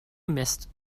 miss